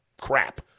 crap